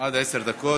עד עשר דקות.